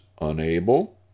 unable